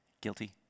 Guilty